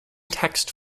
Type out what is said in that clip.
text